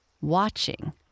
watching